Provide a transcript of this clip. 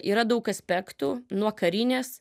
yra daug aspektų nuo karinės